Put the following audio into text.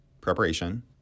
preparation